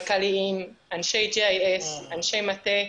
כלכליים, אנשי TIS, אנשי מטה,